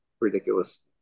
ridiculous